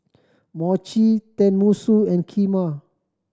Mochi Tenmusu and Kheema